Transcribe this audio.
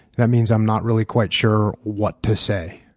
that means i'm not really quite sure what to say.